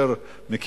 שש שעות.